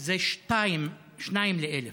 זה 2 ל-1,000.